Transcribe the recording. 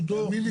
לא, בעיר שלו.